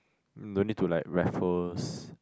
no need to like Raffles